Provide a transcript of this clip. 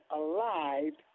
alive